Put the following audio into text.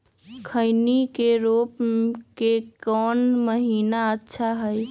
खैनी के रोप के कौन महीना अच्छा है?